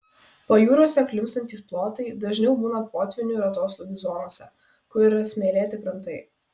pajūriuose klimpstantys plotai dažniau būna potvynių ir atoslūgių zonose kur yra smėlėti krantai